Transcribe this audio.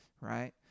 right